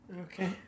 Okay